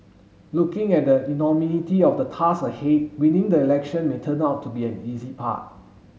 looking at the enormity of the task ahead winning the election may turn out to be the easy part